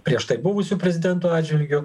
prieš tai buvusių prezidentų atžvilgiu